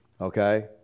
Okay